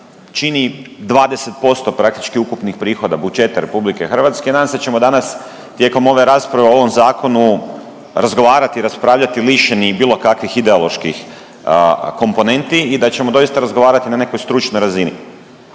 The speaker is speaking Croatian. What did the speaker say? čini 20% praktički ukupnih prihoda budžeta RH, nadam se da ćemo danas tijekom rasprave o ovom zakonu razgovarati, raspravljati lišeni bilo kakvih ideoloških komponenti i da ćemo doista razgovarati na nekoj stručnoj razini.